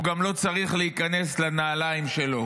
הוא גם לא צריך להיכנס לנעליים שלו.